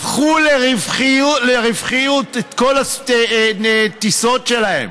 הפכו לרווחיות את כל הטיסות שלהן?